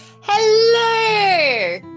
Hello